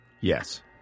yes